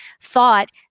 thought